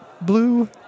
blue